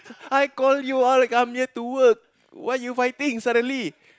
I call you all come here to work why you fighting suddenly